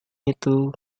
itu